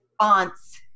response